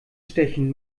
stechen